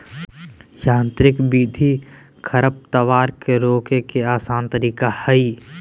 यांत्रिक विधि खरपतवार के रोके के आसन तरीका हइ